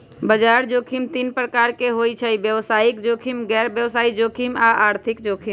बजार जोखिम तीन प्रकार के होइ छइ व्यवसायिक जोखिम, गैर व्यवसाय जोखिम आऽ आर्थिक जोखिम